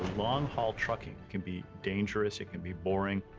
long-haul trucking can be dangerous, it can be boring,